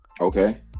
Okay